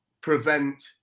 prevent